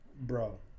Bro